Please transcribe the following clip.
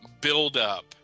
build-up